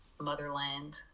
motherland